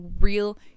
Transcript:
real